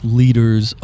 leaders